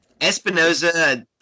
Espinoza